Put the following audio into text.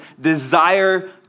desire